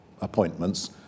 appointments